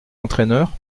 entraineur